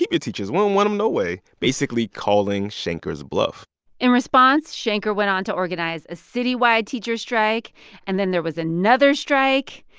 keep your teachers. we don't want them no way basically calling shanker's bluff in response, shanker went on to organize a citywide teacher strike and then there was another strike.